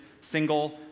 single